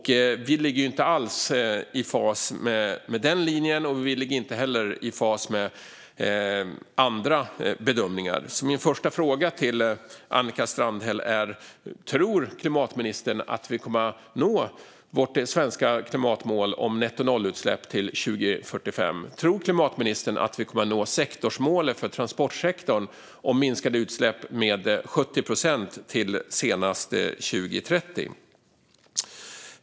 Vi ligger inte alls i fas med den linjen, och vi ligger inte heller i fas med andra bedömningar. Min första till Annika Strandhäll är därför: Tror klimatministern att vi kommer att nå vårt svenska klimatmål om nettonollutsläpp till 2045? Tror klimatministern att vi kommer att nå sektorsmålet för transportsektorn om minskade utsläpp med 70 procent till senast 2030?